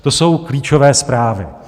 To jsou klíčové zprávy.